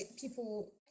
people